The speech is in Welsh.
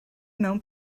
mewn